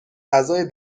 اعضای